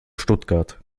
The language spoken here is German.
stuttgart